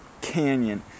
Canyon